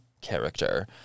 character